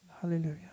Hallelujah